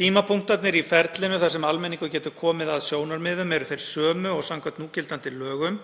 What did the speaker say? Tímapunktarnir í ferlinu þar sem almenningur getur komið að sjónarmiðum eru þeir sömu og samkvæmt núgildandi lögum